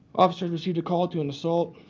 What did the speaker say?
officers received a call to an assault.